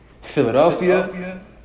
Philadelphia